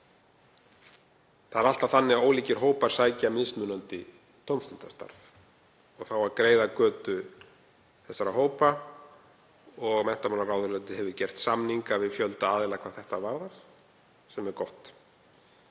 Það er alltaf þannig að ólíkir hópar sækja mismunandi tómstundastarf og það á að greiða götu þessara hópa og menntamálaráðuneytið hefur gert samninga við fjölda aðila hvað þetta varðar, sem er gott.